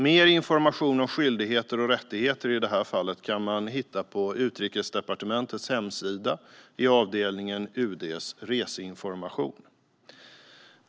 Mer information om skyldigheter och rättigheter i det här fallet kan man hitta på Utrikesdepartementets hemsida i avdelningen UD:s reseinformation.